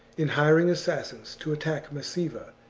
in hiring assassins to attack massiva,